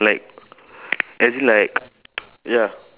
like as in like ya